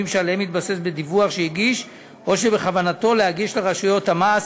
שעליהם התבסס בדיווח שהגיש או שבכוונתו להגיש לרשויות המס